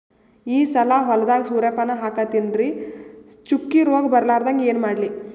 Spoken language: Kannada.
ಈ ಸಲ ಹೊಲದಾಗ ಸೂರ್ಯಪಾನ ಹಾಕತಿನರಿ, ಚುಕ್ಕಿ ರೋಗ ಬರಲಾರದಂಗ ಏನ ಮಾಡ್ಲಿ?